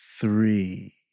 three